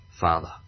Father